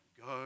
go